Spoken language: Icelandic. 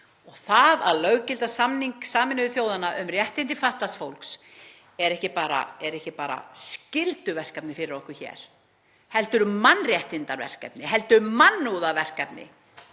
og það að löggilda samning Sameinuðu þjóðanna um réttindi fatlaðs fólks er ekki bara skylduverkefni fyrir okkur hér heldur mannréttindaverkefni, mannúðarverkefni